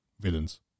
villains